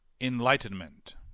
Enlightenment